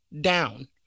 down